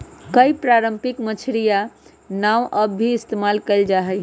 कई पारम्परिक मछियारी नाव अब भी इस्तेमाल कइल जाहई